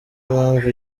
impamvu